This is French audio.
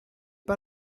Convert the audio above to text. pas